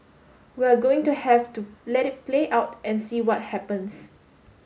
we're going to have to let it play out and see what happens